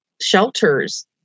shelters